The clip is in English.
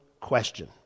question